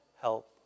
help